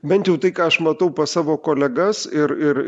bent jau tai ką aš matau pas savo kolegas ir ir